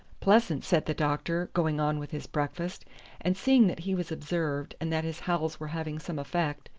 pleasant, said the doctor, going on with his breakfast and seeing that he was observed, and that his howls were having some effect,